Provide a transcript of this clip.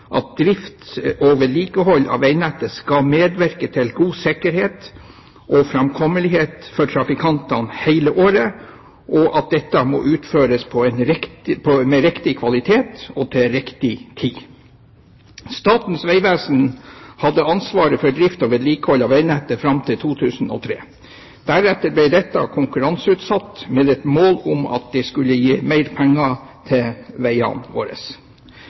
at drift og vedlikehold av vegnettet skal medvirke til god og sikker framkommelighet for trafikantene hele året, og at dette må utføres med riktig kvalitet og til riktig tid. Statens vegvesen hadde ansvaret for drift og vedlikehold av vegnettet fram til 2003. Deretter ble dette konkurranseutsatt, med det mål at det skulle gi mer penger til